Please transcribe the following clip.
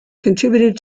contributed